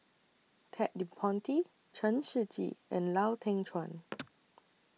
Ted De Ponti Chen Shiji and Lau Teng Chuan